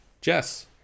jess